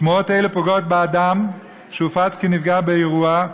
שמועות אלה פוגעות באדם שהופץ כי נפגע באירוע,